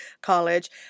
college